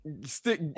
stick